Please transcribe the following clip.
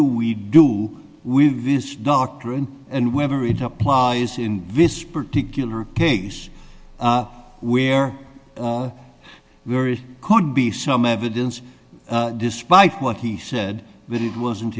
we do with this doctrine and whether it applies in this particular case where we are it could be some evidence despite what he said that it wasn't